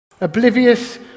Oblivious